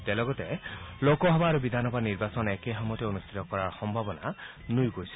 তেওঁ লগতে লোকসভা আৰু বিধানসভা নিৰ্বাচন একেসময়তে অনুষ্ঠিত কৰাৰ সম্ভাৱনা নুই কৰিছে